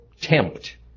tempt